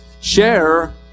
share